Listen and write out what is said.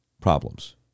problems